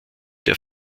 der